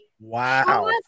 Wow